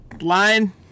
Line